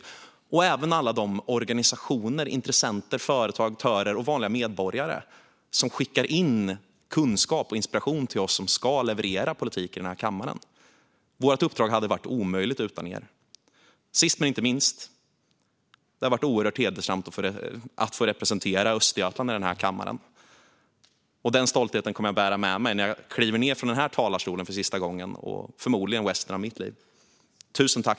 Jag vill även tacka alla de organisationer, intressenter, företag, aktörer och vanliga medborgare som skickar in kunskap och inspiration till oss som ska leverera politik i den här kammaren. Vårt uppdrag hade varit omöjligt utan er. Sist men inte minst: Det har varit oerhört hedersamt att få representera Östergötland i den här kammaren. Den stoltheten kommer jag att bära med mig när jag nu för sista gången, förmodligen för resten av mitt liv, kliver ned från den här talarstolen. Tusen tack!